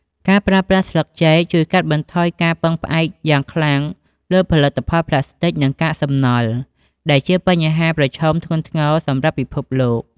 ការប្រើប្រាស់ស្លឹកចេកជួយ កាត់បន្ថយការពឹងផ្អែកយ៉ាងខ្លាំង លើផលិតផលប្លាស្ទិក និងកាកសំណល់ ដែលជាបញ្ហាប្រឈមធ្ងន់ធ្ងរសម្រាប់ពិភពលោក។